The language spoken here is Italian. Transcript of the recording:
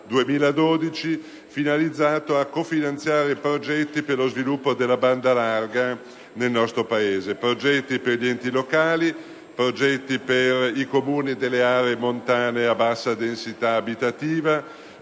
2012) per cofinanziare progetti per lo sviluppo della banda larga nel nostro Paese: progetti per gli enti locali; progetti per i Comuni delle aree montane a bassa densità abitativa;